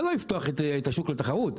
זה לא יפתח את השוק לתחרות,